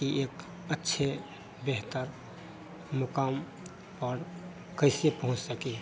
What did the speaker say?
कि एक अच्छे बेहतर मुकाम पर कैसे पहुँच सके